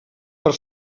per